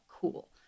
cool